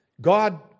God